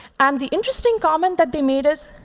and the interesting comment that they made is,